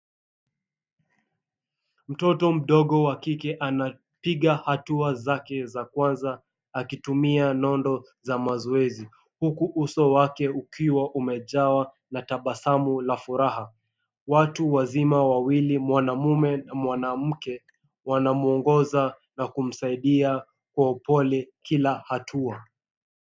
Mtoto mdogo wa kike, anapiga hatua zake za kwanza akitumia nondo za mazoezi huku uso wake ukiwa umejawa na tabasamu la furaha, watu wazima wawili mwanaume na mwanamke wanamuongoza na kumsaidia kila hatua.